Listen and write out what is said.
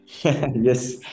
Yes